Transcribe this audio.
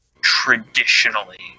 ...traditionally